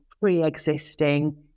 pre-existing